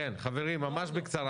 כן, חברים, ממש בקצרה.